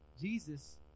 Jesus